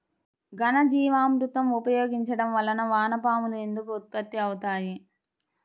ఘనజీవామృతం ఉపయోగించటం వలన వాన పాములు ఎందుకు ఉత్పత్తి అవుతాయి?